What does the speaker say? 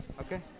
Okay